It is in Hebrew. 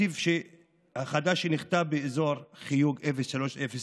התקציב החדש, שנכתב באזור חיוג 03, 09,